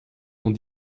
ont